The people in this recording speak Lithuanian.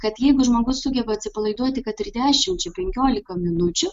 kad jeigu žmogus sugeba atsipalaiduoti kad ir dešimčiai penkiolika minučių